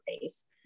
face